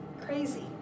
crazy